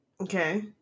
Okay